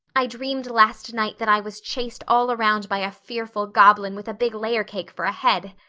i dreamed last night that i was chased all around by a fearful goblin with a big layer cake for a head.